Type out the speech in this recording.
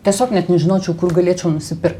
tiesiog net nežinočiau kur galėčiau nusipirkt